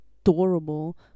adorable